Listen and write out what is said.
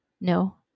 No